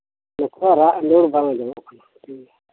ᱱᱚᱠᱩᱣᱟᱜ ᱨᱟᱜ ᱟᱸᱫᱚᱲ ᱵᱟᱝ ᱟᱸᱡᱚᱢᱚᱜ ᱠᱟᱱᱟ